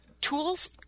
Tools